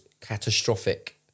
catastrophic